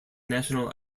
national